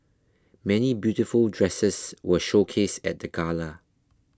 many beautiful dresses were showcased at the gala